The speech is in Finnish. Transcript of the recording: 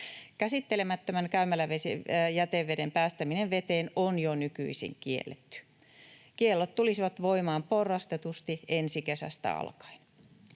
Käsittelemättömän käymäläjäteveden päästäminen veteen on jo nykyisin kielletty. Kiellot tulisivat voimaan porrastetusti ensi kesästä alkaen.